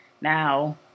Now